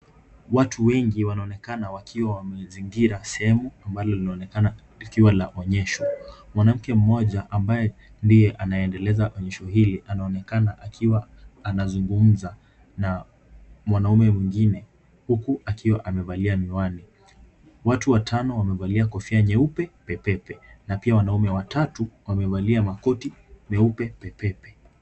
Watu wengi wanaonekana wakiwa wamezingira sehemu ambalo linaonekana likiwa la onyesho. Mwanamke mmoja ambaye ndiye anayeendeleza onyesho hili anaonekana akiwa anazungumza na mwanaume mwingine huku akiwa amevalia miwani. Watu watano wamevalia kofia nyeupe pepepe na pia wanaume watatu wamevalia makoti meupe pepepe.